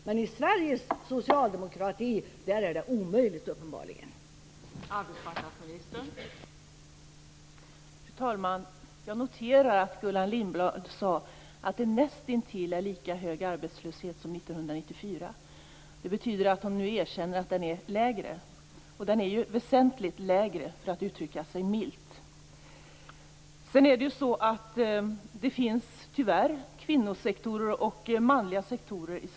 Men i Sveriges socialdemokrati är det uppenbarligen omöjligt.